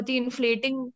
inflating